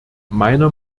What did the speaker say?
meiner